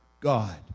God